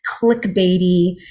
clickbaity